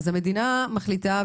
אז המדינה מחליטה,